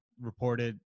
reported